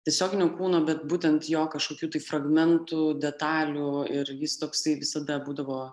tiesioginio kūno bet būtent jo kažkokių tai fragmentų detalių ir jis toksai visada būdavo